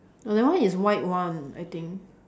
no that one is white one I think